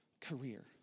career